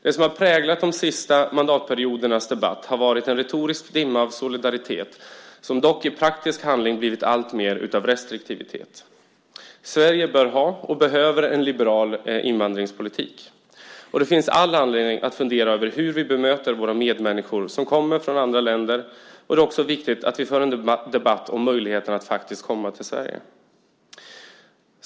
Det som har präglat de senaste mandatperiodernas debatt har varit en retorisk dimma av solidaritet, som dock i praktisk handling har blivit alltmer av restriktivitet. Sverige bör ha och behöver en liberal invandringspolitik. Och det finns all anledning att fundera över hur vi bemöter våra medmänniskor som kommer från andra länder. Och det är också viktigt att vi för en debatt om möjligheterna att faktiskt komma till Sverige.